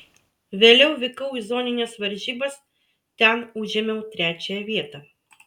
vėliau vykau į zonines varžybas ten užėmiau trečiąją vietą